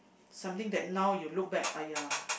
something that now you look back !aiya!